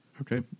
Okay